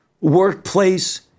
workplace